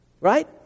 right